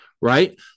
right